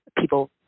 people